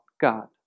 God